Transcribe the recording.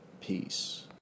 Peace